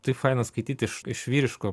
taip faina skaityti iš iš vyriško